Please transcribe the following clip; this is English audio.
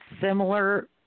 Similar